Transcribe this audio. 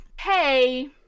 hey